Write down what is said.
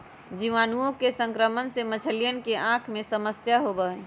जीवाणुअन के संक्रमण से मछलियन के आँख में समस्या होबा हई